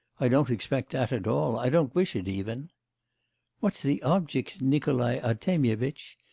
i don't expect that at all, i don't wish it even what's the object, nikolai artemyevitch?